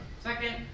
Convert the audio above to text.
Second